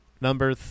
Number